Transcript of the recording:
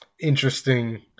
interesting